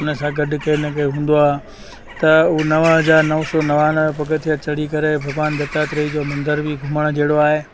हुनसां गॾु केर न केर हूंदो आहे त नव हज़ार नव सौ नवानवे पगथिया चढ़ी करे भॻवान दत्तात्रेय जो मंदर बि घुमणु जहिड़ो आहे